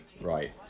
Right